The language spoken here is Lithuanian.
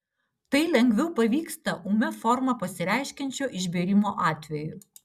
tai lengviau pavyksta ūmia forma pasireiškiančio išbėrimo atveju